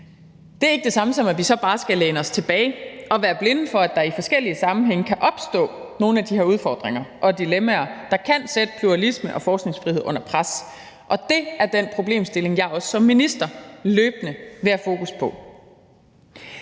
Det er ikke det samme, som at vi så bare skal læne os tilbage og være blinde for, at der i forskellige sammenhænge kan opstå nogle af de her udfordringer og dilemmaer, der kan sætte pluralisme og forskningsfrihed under pres. Og det er den problemstilling, jeg også som minister løbende vil have fokus på.